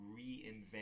reinvent